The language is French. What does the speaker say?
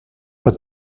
pas